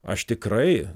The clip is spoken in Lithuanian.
aš tikrai